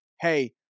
hey